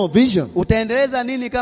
vision